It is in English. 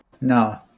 No